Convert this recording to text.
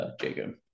Jacob